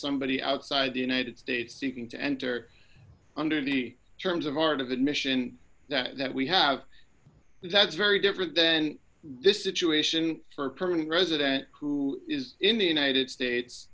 somebody outside the united states seeking to enter under the terms of part of that mission that we have that's very different than this situation for a permanent resident who is in the united states